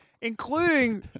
including